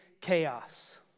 chaos